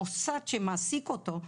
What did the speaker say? המוסד שמעסיק אותו,